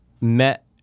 met